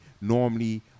normally